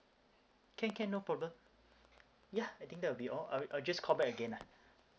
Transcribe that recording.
can can no problem ya I think that will be all I wi~ I'll just call back again lah